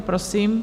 Prosím.